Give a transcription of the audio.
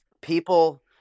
people